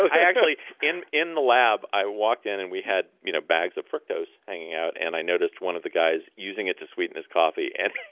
i actually, in in the lab i walked in, and we had you know bags of fructose hanging out. and i noticed one of the guys using it to sweeten his coffee. and